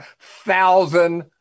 thousand